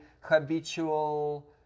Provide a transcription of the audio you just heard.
habitual